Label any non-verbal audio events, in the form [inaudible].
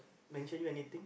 [breath]